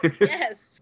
Yes